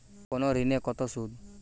কোন ঋণে কত সুদ?